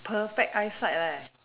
perfect eyesight